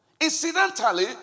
Incidentally